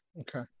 Okay